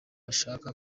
ashaka